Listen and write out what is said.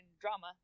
drama